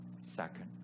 second